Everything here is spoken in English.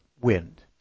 wind